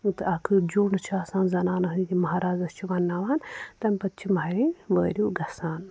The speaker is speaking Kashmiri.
تہٕ اَکھ جُنٛڈ چھِ آسان زَنانَن ہٕنٛدۍ یِم مہرازَس چھِ وَنناوان تَمہِ پَتہٕ چھِ مہرٮ۪ن وٲریوٗ گژھان